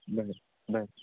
बरं बरं